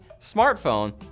smartphone